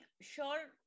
sure